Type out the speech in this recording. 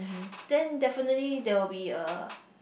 then definitely there will be a